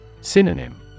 Synonym